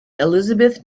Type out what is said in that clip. elizabeth